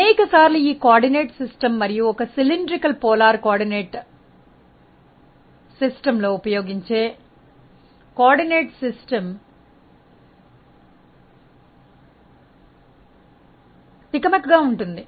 అనేక సార్లు ఈ సమన్వయ వ్యవస్థ మరియు ఒక స్థూపాకార ధ్రువ సమన్వయ వ్యవస్థలో ఉపయోగించే సమన్వయ వ్యవస్థ కు మధ్య తికమక గా ఉంటున్ది